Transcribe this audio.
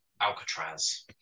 Alcatraz